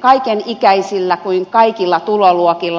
kaiken ikäisillä kuin kaikilla tuloluokilla